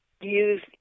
use